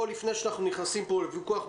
לפני שאנחנו נכנסים פה לוויכוח,